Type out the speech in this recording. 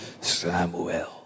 Samuel